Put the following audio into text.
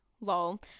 lol